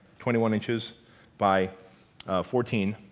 twenty one inches by fourteen.